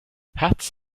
hats